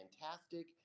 fantastic